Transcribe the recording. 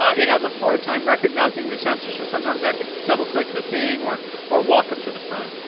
it has a hard time recognizing the sensor, so sometimes i have to double click the thing, or or walk up to the front.